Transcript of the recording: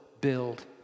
build